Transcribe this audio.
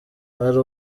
ari